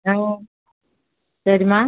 சரிம்மா